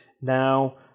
now